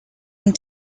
and